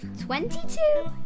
twenty-two